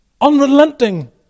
unrelenting